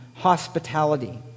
hospitality